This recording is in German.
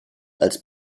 als